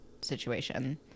situation